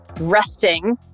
resting